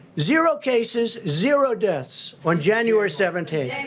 zero cases, zero deaths on january seventeen.